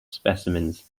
specimens